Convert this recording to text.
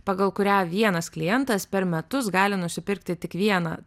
pagal kurią vienas klientas per metus gali nusipirkti tik vieną